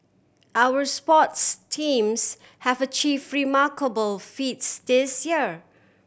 our sports teams have achieve remarkable feats this year